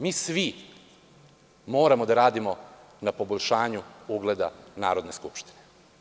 Mi svi moramo da radimo na poboljšanju ugleda Narodne skupštine.